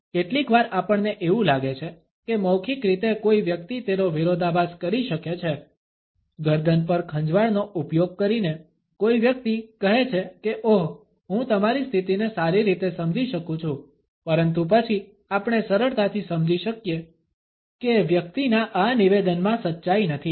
કેટલીકવાર આપણને એવું લાગે છે કે મૌખિક રીતે કોઈ વ્યક્તિ તેનો વિરોધાભાસ કરી શકે છે ગરદન પર ખંજવાળનો ઉપયોગ કરીને કોઈ વ્યક્તિ કહે છે કે ઓહ હું તમારી સ્થિતિને સારી રીતે સમજી શકું છું પરંતુ પછી આપણે સરળતાથી સમજી શકીએ કે વ્યક્તિના આ નિવેદનમાં સચ્ચાઈ નથી